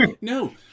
no